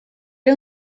era